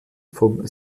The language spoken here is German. vom